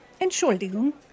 Entschuldigung